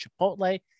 Chipotle